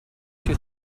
two